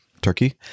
turkey